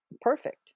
Perfect